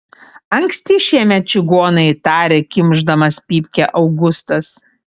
anksti šiemet čigonai tarė kimšdamas pypkę augustas